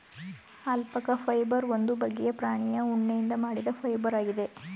alpaca fibre ಒಂದು ಬಗ್ಗೆಯ ಪ್ರಾಣಿಯ ಉಣ್ಣೆಯಿಂದ ಮಾಡಿದ ಫೈಬರ್ ಆಗಿದೆ